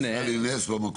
ברוך שעשה לי נס במקום הזה.